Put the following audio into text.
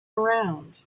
around